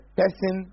person